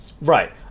Right